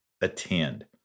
attend